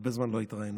הרבה זמן לא התראינו,